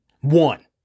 One